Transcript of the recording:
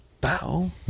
Bow